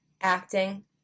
acting